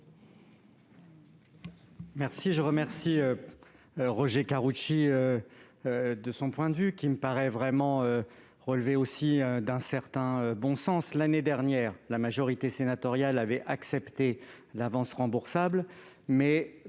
vote. Je remercie Roger Karoutchi de son intervention, qui me paraît relever d'un certain bon sens. L'année dernière, la majorité sénatoriale avait accepté l'avance remboursable,